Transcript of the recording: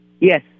Yes